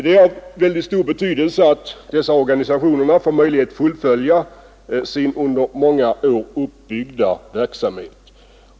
Det är av stor betydelse att dessa organisationer får ighet att fullfölja sin under många år uppbyggda verksamhet.